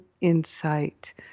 insight